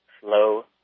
Slow